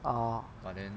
oh